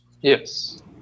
Yes